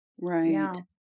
Right